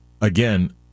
again